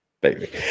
baby